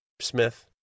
smith